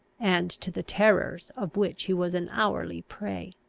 and to the terrors of which he was an hourly prey.